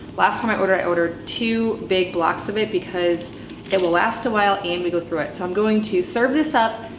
last time i ordered, i ordered two big blocks of it because they will last a while and we go through it. so i'm going to serve this up,